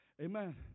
Amen